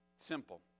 Simple